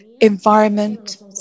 environment